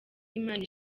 imana